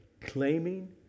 Claiming